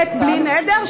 בלי נדר,